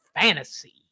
Fantasy